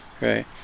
right